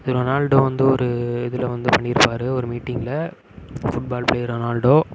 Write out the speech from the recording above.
Ronaldo வந்து ஒரு இதில் வந்து பண்ணியிருப்பாரு ஒரு மீட்டிங்கில் ஃபுட்பால் பிளேயர் ரொனால்டோ